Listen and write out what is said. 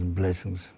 blessings